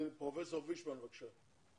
כן, פרופ' פישמן, בבקשה.